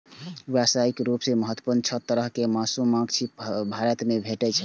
व्यावसायिक रूप सं महत्वपूर्ण छह तरहक मधुमाछी भारत मे भेटै छै